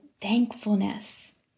thankfulness